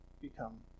become